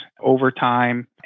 overtime